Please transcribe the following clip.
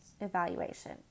evaluation